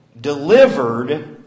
delivered